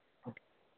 okay